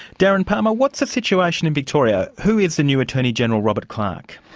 darren palmer what's the situation in victoria? who is the new attorney-general, robert clark?